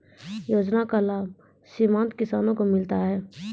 योजना का लाभ सीमांत किसानों को मिलता हैं?